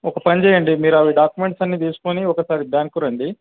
ఒక పని చేయండి మీరు అవి డాక్యుమెంట్స్ అన్నీ తీసుకుని ఒకసారి బ్యాంకుకి రండి